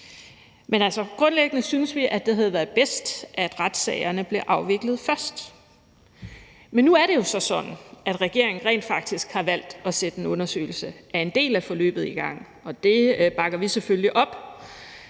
Men, altså, grundlæggende synes vi, at det havde været bedst, at retssagerne blev afviklet først. Nu er det jo så sådan, at regeringen rent faktisk har valgt at sætte en undersøgelse af en del af forløbet i gang, og det bakker vi selvfølgelig op.